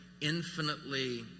infinitely